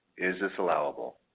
is this allowable?